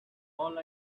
all